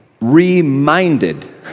reminded